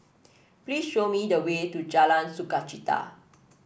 please show me the way to Jalan Sukachita